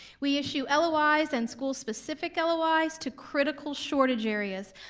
we issue lois and school specific lois to critical shortage areas.